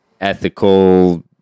ethical